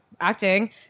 acting